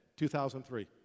2003